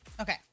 Okay